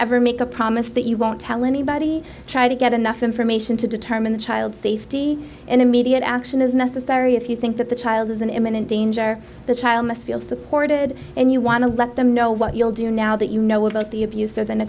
ever make a promise that you won't tell anybody try to get enough information to determine the child's safety and immediate action is necessary if you think that the child is in imminent danger the child must feel supported and you want to let them know what you'll do now that you know about the abuse